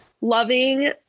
loving